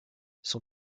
son